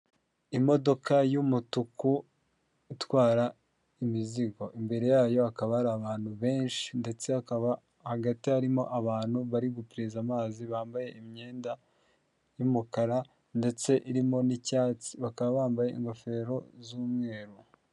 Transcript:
Imodoka y'umutuku itwara imizigo imbere yayo hakaba ari abantu benshi, ndetse hakaba hagati harimo abantu bari gucuruza amazi bambaye imyenda y'umukara, ndetse irimo n'icyatsi bakaba bambaye ingofero z'umweru.